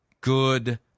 good